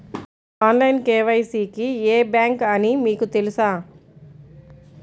Online KYC కి ఏ bank అని మీకు తెలుసా?